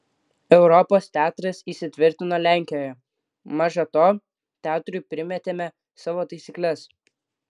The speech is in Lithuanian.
europos teatras įsitvirtino lenkijoje maža to teatrui primetėme savo taisykles